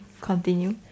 continue